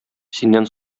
синнән